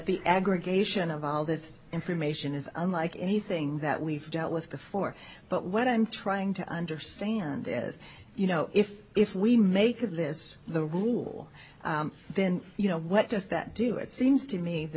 the aggregation of all this information is unlike anything that we've dealt with before but what i'm trying to understand is you know if if we make this the rule been you know what does that do it seems to me the